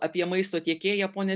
apie maisto tiekėją ponią